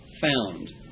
found